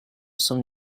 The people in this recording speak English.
some